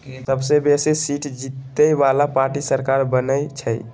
सबसे बेशी सीट जीतय बला पार्टी सरकार बनबइ छइ